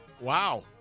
Wow